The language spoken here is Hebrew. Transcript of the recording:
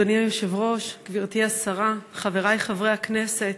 אדוני היושב-ראש, גברתי השרה, חברי חברי הכנסת,